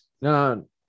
no